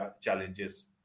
challenges